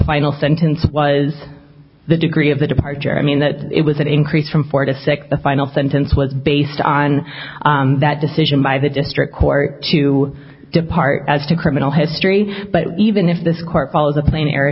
final sentence was the degree of the departure i mean that it was an increase from four to six the final sentence was based on that decision by the district court to depart as to criminal history but even if this court follows the pla